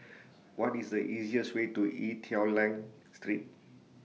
What IS The easiest Way to Ee Teow Leng Street